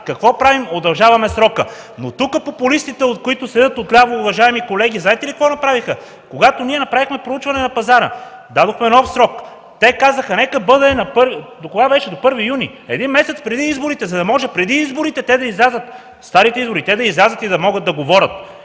Какво правим? Удължаваме срока. Но тук популистите, които седят отляво, уважаеми колеги, знаете ли какво направиха? Когато ние направихме проучване на пазара и дадохме нов срок, те казаха – нека бъде до 1 юни, един месец преди изборите, за да могат преди изборите – старите, да излязат и да говорят!